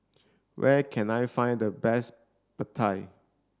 where can I find the best Pad Thai